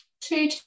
two